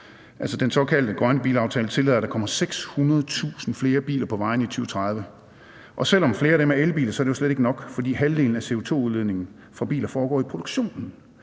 Den såkaldt grønne bilaftale tillader, at der kommer 600.000 flere biler på vejene i 2030, og selv om flere af dem er elbiler, er det jo slet ikke nok, for halvdelen af CO2-udledningen fra biler foregår i produktionen.